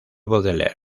baudelaire